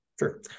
Sure